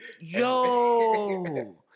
yo